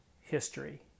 history